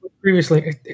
previously